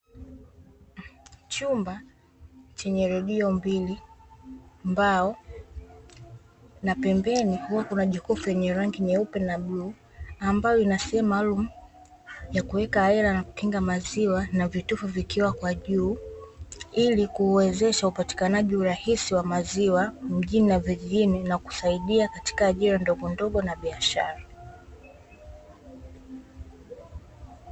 Chumba chenye redio mbili, mbao na pembeni kuna jokofu lenye rangi nyeupe na bluu ambayo ina sehemu maalumu ya kuweka hela na kukinga maziwa na vitufe vikiwa kwa juu ili kuwezesha upatikanaji rahisi wa maziwa mjini na vijijini na kusaidia katika ajira ndogondogo na biashara.